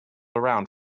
around